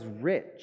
rich